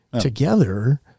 together